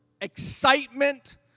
excitement